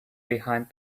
behind